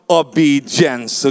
obedience